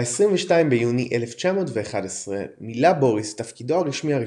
ב-22 ביוני 1911 מילא בוריס את תפקידו הרשמי הראשון,